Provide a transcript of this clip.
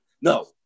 No